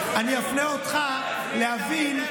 אני אפנה אותך להבין.